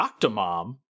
Octomom